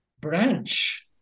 branch